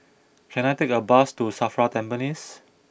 can I take a bus to Safra Tampines